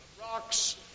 rocks